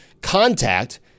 contact